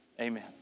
Amen